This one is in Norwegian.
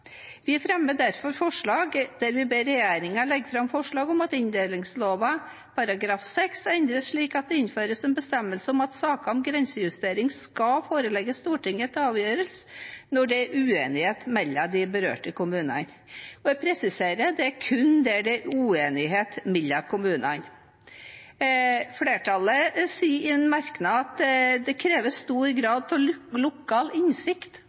fremmer derfor et representantforslag der vi ber regjeringen legge fram forslag om at inndelingsloven § 6 endres slik at det innføres en bestemmelse om at saker om grensejustering skal forelegges Stortinget til avgjørelse når det er uenighet mellom de berørte kommunene. Og jeg presiserer: Det er kun der det er uenighet mellom kommunene. Flertallet sier i en merknad at det kreves stor grad av lokal innsikt